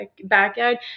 backyard